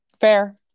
Fair